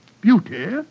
beauty